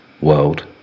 world